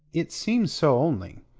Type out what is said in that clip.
it seems so only.